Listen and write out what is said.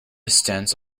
stance